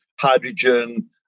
hydrogen